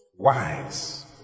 Wise